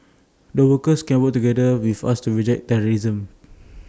the workers can work together with us to reject terrorism